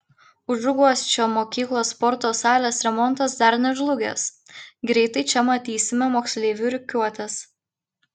užuguosčio mokyklos sporto salės remontas dar nežlugęs greitai čia matysime moksleivių rikiuotes